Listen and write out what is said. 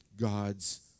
God's